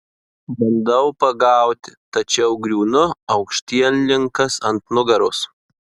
bandau pagauti tačiau griūnu aukštielninkas ant nugaros